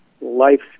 life